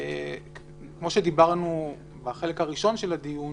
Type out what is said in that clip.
וכמו שדיברנו בחלק הראשון של הדיון,